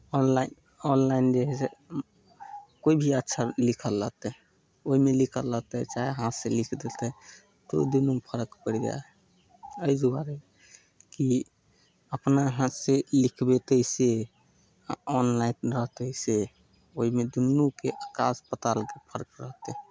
online online जे हइ से कोइ भी अक्षर लिखल रहतै ओहिमे लिखल रहतै सएह हाथसँ लिखि देतै ओहि दुनूमे फरक पड़ि जाइ हइ एहि दुआरे कि अपना हाथसँ लिखबयतै से आ ऑनलाइन रहतै से ओहिमे दुनूके आकाश पातालके फर्क रहतै